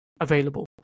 available